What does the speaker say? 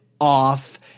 off